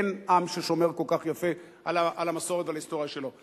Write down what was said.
אין עם ששומר כל כך יפה על המסורת ועל ההיסטוריה שלו.